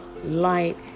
Light